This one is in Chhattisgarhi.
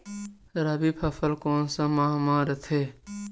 रबी फसल कोन सा माह म रथे?